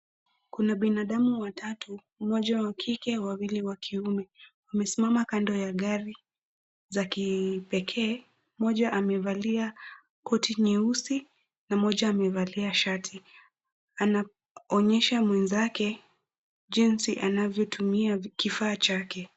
Kuna binadamu watatu, mmoja wa kike, wawili wa kiume. Wamesimama kando ya gari za kipekee. Mmoja amevalia koti nyeusi, na mmoja amevalia shati, anaonyesha mwenzake jinsi anavyotumia kifaa chake.